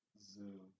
Zoo